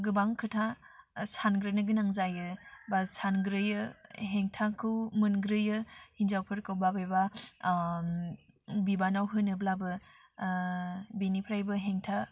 गोबां खोथा सानग्रोनो गोनां जायो बा सानग्रोयो हेंथाखौ मोनग्रोयो हिन्जावफोरखौ बाबेबा बिबानाव होनोब्लाबो बिनिफ्रायबो हेंथा